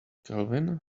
kelvin